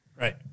Right